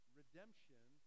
redemption